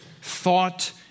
thought